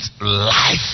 life